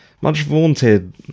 Much-vaunted